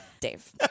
Dave